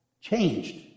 changed